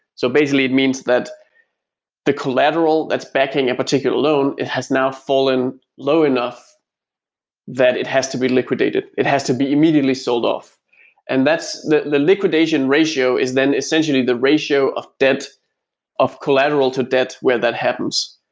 so basically, it means that the collateral that's backing a particular loan it has now fallen low enough that it has to be liquidated. it has to be immediately sold off and the the liquidation ratio is then essentially the ratio of debt of collateral to debt where that happens,